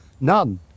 None